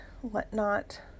whatnot